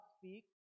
speak